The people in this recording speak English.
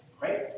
Right